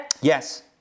Yes